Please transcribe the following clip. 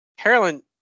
Carolyn